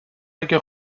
اگر